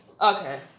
Okay